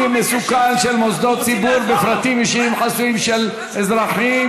מסוכן של מוסדות ציבור בפרטים אישיים חסויים של אזרחים.